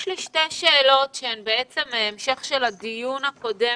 יש לי שתי שאלות שהן בעצם המשך של הדיון הקודם